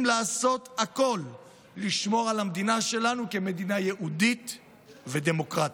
לעשות הכול כדי לשמור על המדינה שלנו כמדינה יהודית ודמוקרטית.